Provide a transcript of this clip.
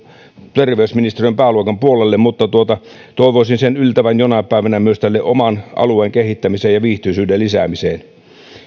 terveysministeriön pääluokan puolelle mutta toivoisin sen yltävän jonain päivänä myös oman alueen kehittämiseen ja viihtyisyyden lisäämiseen